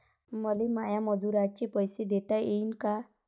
मले माया मजुराचे पैसे देता येईन का?